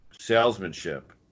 salesmanship